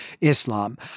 Islam